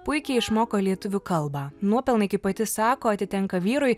puikiai išmoko lietuvių kalbą nuopelnai kaip pati sako atitenka vyrui